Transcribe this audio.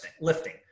lifting